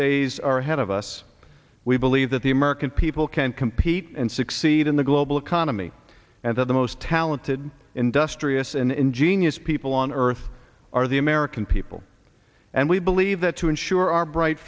days are ahead of us we believe that the american people can compete and succeed in the global economy and that the most talented industrious and ingenious people on earth are the american people and we believe that to ensure our bright